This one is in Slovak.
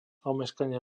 omeškanie